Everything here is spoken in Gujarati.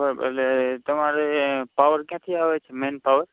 બરાબર એટલે તમારે પાવર ક્યાંથી આવે છે મેઇન પાવર